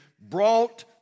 brought